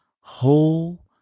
whole